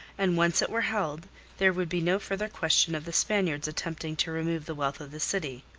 and once it were held there would be no further question of the spaniards attempting to remove the wealth of the city.